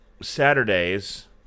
Saturdays